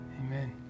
Amen